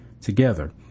together